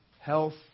health